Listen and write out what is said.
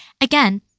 again